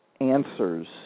answers